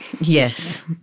Yes